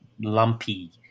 lumpy